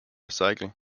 cycle